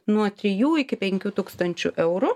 nuo trijų iki penkių tūkstančių eurų